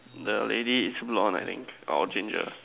the lady is blonde I think or ginger